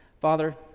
Father